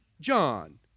John